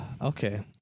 okay